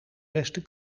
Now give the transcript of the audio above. resten